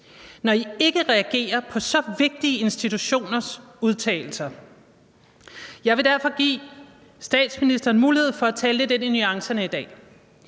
når I ikke reagerer på så vigtige institutioners udtalelser. Jeg vil derfor give statsministeren mulighed for at komme lidt ind på nuancerne i dag.